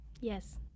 yes